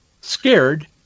scared